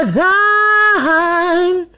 thine